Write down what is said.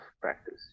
practice